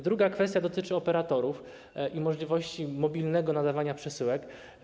Druga kwestia dotyczy operatorów i możliwości mobilnego nadawania przesyłek.